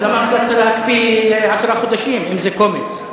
אז למה החלטת להקפיא לעשרה חודשים אם זה קומץ?